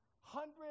hundreds